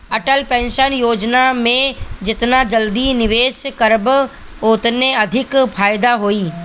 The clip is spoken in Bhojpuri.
अटल पेंशन योजना में जेतना जल्दी निवेश करबअ ओतने अधिका फायदा होई